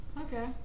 Okay